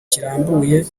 kirambuye